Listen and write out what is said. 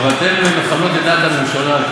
אבל אתם מכוונים לדעת הממשלה,